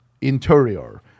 Interior